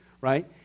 right